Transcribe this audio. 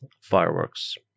fireworks